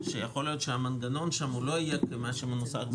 שיכול להיות המנגנון שם לא יהיה מה שמנוסח.